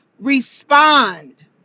respond